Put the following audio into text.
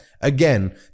Again